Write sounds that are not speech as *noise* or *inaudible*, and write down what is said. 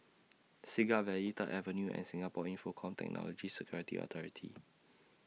Siglap Valley Third Avenue and Singapore Infocomm Technology Security Authority *noise*